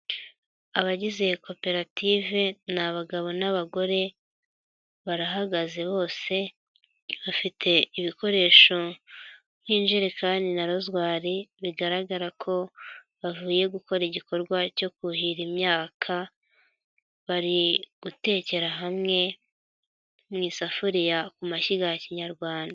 Abagize koperative ni abagabo n'abagore barahagaze bose, bafite ibikoresho nk'injerekani na rozwari, bigaragara ko bavuye gukora igikorwa cyo kuhira imyaka, bari gutekera hamwe mu isafuriya ku mashyiga ya kinyarwanda.